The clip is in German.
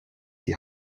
die